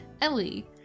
Ellie